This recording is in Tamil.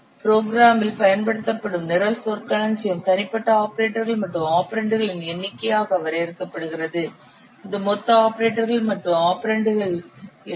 ப்ரோக்ராமில் பயன்படுத்தப்படும் நிரல் சொற்களஞ்சியம் தனிப்பட்ட ஆபரேட்டர்கள் மற்றும் ஆபரெண்டுகளின் எண்ணிக்கையாக வரையறுக்கப்படுகிறது இது மொத்த ஆபரேட்டர்கள் மற்றும் ஆபரெண்டுகள் இல்லை